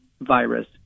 virus